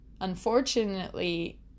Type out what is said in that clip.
unfortunately